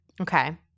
Okay